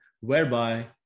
whereby